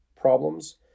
problems